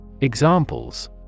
Examples